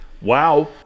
Wow